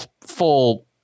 full